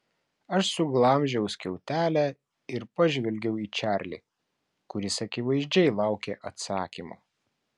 aš suglamžiau skiautelę ir pažvelgiau į čarlį kuris akivaizdžiai laukė atsakymo